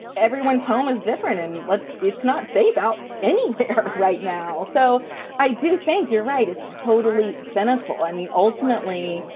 everyone's home is different. and let's it's not safe out anywhere right now. so i do think you're right. it's totally cynical. i mean, ultimately,